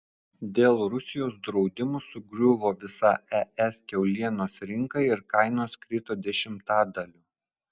dėl rusijos draudimų sugriuvo visa es kiaulienos rinka ir kainos krito dešimtadaliu